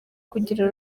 kugira